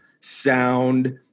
sound